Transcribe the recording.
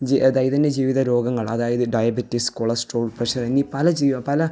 ജ് ദൈനംദിന ജീവിത രോഗങ്ങള് അതായത് ഡയബറ്റിസ് കൊളസ്ട്രോള് പ്രെഷര് എന്നീ പല ജീ പല